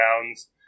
rounds